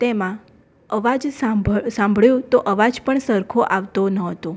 તેમાં અવાજ સાંભ સાંભળ્યો તો અવાજ પણ સરખો આવતો નહોતો